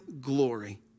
glory